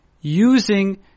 using